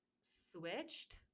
switched